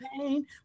pain